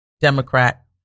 Democrat